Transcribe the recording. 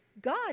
God